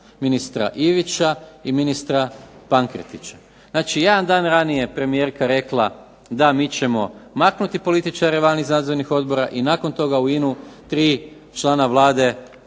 ministra Ivića i ministra Pankretića. Znači, jedan dan ranije je premijerka rekla da mi ćemo maknuti političare van iz nadzornih odbora i nakon toga u INA-u tri člana Vlade